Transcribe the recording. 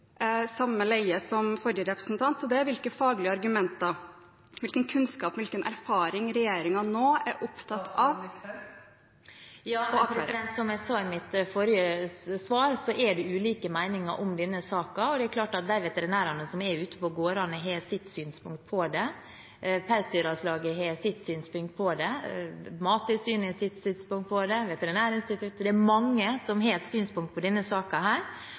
samme leia som den til forrige representant: Hvilke faglige argumenter, hvilken kunnskap, hvilken erfaring er regjeringen nå opptatt av? Som jeg sa i mitt forrige svar, er det ulike meninger om denne saken, og det er klart at de veterinærene som er ute på gårdene, har sitt synspunkt på det. Pelsdyralslaget har sitt synspunkt på det, Mattilsynet og Veterinærinstituttet har sitt synspunkt på det – det er mange som har et synspunkt på denne